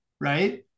right